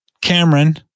Cameron